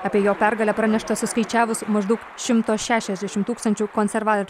apie jo pergalę pranešta suskaičiavus maždaug šimto šešiasdešim tūkstančių konserva